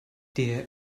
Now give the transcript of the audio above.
der